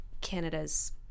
Canada's